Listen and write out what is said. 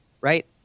Right